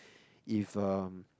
if uh